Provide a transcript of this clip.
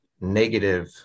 negative